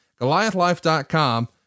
Goliathlife.com